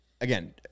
again